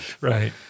Right